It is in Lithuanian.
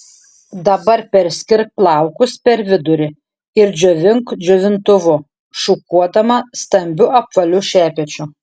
dabar perskirk plaukus per vidurį ir džiovink džiovintuvu šukuodama stambiu apvaliu šepečiu